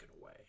away